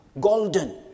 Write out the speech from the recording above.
golden